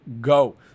go